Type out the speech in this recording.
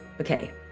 okay